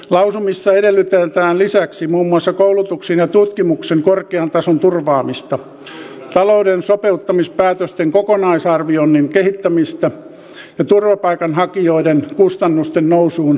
lausumissa edellytetään lisäksi muun muassa koulutuksen ja tutkimuksen korkean tason turvaamista talouden sopeuttamispäätösten kokonaisarvioinnin kehittämistä ja turvapaikanhakijoiden kustannusten nousuun reagoimista